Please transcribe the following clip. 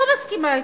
לא מסכימה אתו,